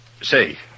Say